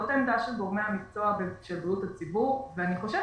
זאת העמדה של גורמי המקצוע של בריאות הציבור ואני חושבת